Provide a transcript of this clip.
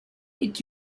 est